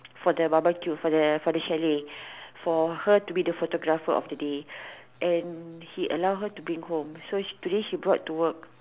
for the barbecue for the for the chalet for her to be the photographer of the day and he allow her to bring home so today she brought to work